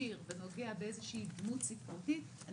שיר ולגעת באיזושהי דמות ספרותית,